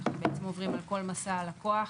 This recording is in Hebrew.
אנחנו עוברים על כל מסע הלקוח.